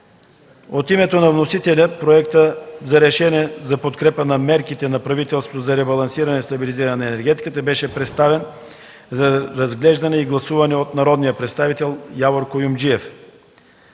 От името на вносителите Проектът за решение за подкрепа на мерките на правителството за ребалансиране и стабилизиране на енергетиката беше представен за разглеждане и гласуване от народния представител Явор Куюмджиев.